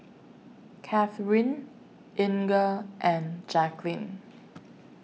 Katheryn Inga and Jaqueline